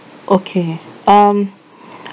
okay um